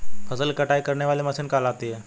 फसल की कटाई करने वाली मशीन कहलाती है?